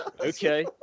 okay